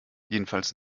jedenfalls